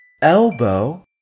Elbow